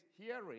hearing